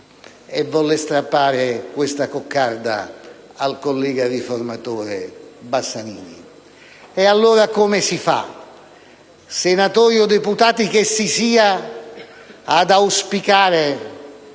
e volle strappare questa coccarda al collega riformatore Bassanini. E allora come si fa, senatori o deputati che si sia, ad auspicare